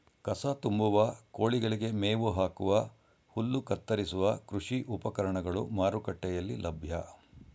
ಕಸ ತುಂಬುವ, ಕೋಳಿಗಳಿಗೆ ಮೇವು ಹಾಕುವ, ಹುಲ್ಲು ಕತ್ತರಿಸುವ ಕೃಷಿ ಉಪಕರಣಗಳು ಮಾರುಕಟ್ಟೆಯಲ್ಲಿ ಲಭ್ಯ